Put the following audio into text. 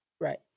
Right